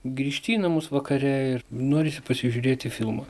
grįžti į namus vakare ir norisi pasižiūrėti filmą